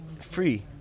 free